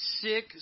sick